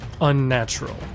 unnatural